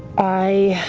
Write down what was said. i.